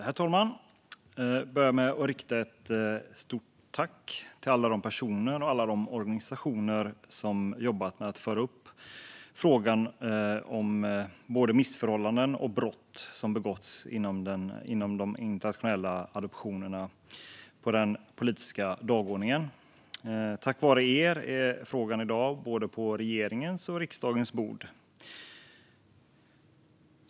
Herr talman! Jag vill börja med att rikta ett stort tack till alla de personer och alla de organisationer som har fört upp denna fråga på den politiska dagordningen och som har jobbat med att föra fram både missförhållanden och brott som har begåtts inom de internationella adoptionerna. Tack vare er är frågan i dag både på regeringens och på riksdagens bord.